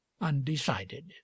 undecided